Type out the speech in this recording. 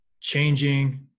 changing